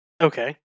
Okay